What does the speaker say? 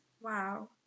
Wow